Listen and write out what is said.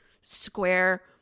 square